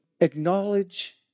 Acknowledge